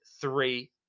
three